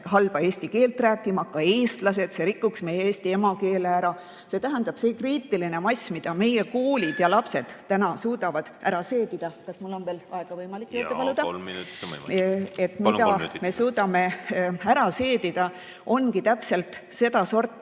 halba eesti keelt rääkima, ka eestlased. See rikuks meie emakeele ära. See tähendab, see kriitiline mass, mida meie koolid ja lapsed täna suudavad ära seedida ... Kas mul on veel aega võimalik juurde paluda? Jaa, kolm minutit on võimalik. ... mida me suudame ära seedida, ongi sedasorti